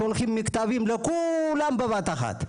שולחים מכתבים לכולם בבת-אחת,